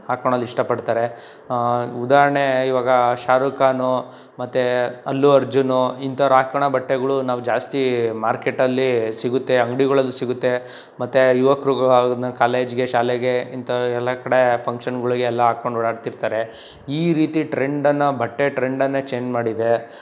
ಹಾಕೋಳದ್ ಇಷ್ಟಪಡ್ತಾರೆ ಉದಾಹರಣೆ ಇವಾಗ ಶಾರುಖ್ ಖಾನು ಮತ್ತು ಅಲ್ಲು ಅರ್ಜುನು ಇಂತೋರು ಹಾಕೊಳೊ ಬಟ್ಟೆಗಳು ನಾವು ಜಾಸ್ತಿ ಮಾರ್ಕೆಟಲ್ಲಿ ಸಿಗುತ್ತೆ ಅಂಗ್ಡಿಗಳಲ್ಲಿ ಸಿಗುತ್ತೆ ಮತ್ತು ಯುವಕರು ಕಾಲೇಜ್ಗೆ ಶಾಲೆಗೆ ಇಂಥವು ಎಲ್ಲ ಕಡೆ ಫಂಕ್ಷನ್ಗಳ್ಗೆ ಎಲ್ಲ ಹಾಕೊಂಡ್ ಓಡಾಡ್ತಿರ್ತಾರೆ ಈ ರೀತಿ ಟ್ರೆಂಡನ್ನು ಬಟ್ಟೆ ಟ್ರೆಂಡನ್ನೇ ಚೇಂಜ್ ಮಾಡಿದೆ